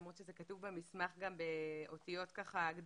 למרות שזה כתוב במסמך באותיות גדולות,